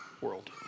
world